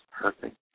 perfect